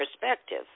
perspective